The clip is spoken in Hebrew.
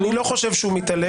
אני לא חושב שהוא מתעלם.